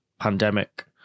pandemic